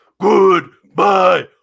goodbye